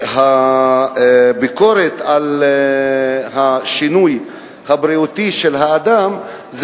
הביקורת על השינוי הבריאותי של האדם,